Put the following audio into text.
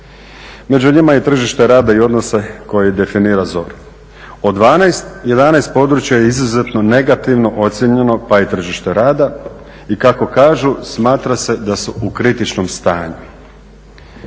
među njima je i tržište rada i odnosi koje definira ZOR. Od 12, 11 područja je izuzetno negativno ocjenjeno, pa i tržište rada, i kako kažu smatra se da su u kritičnom stanju.